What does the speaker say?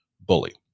bully